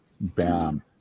bam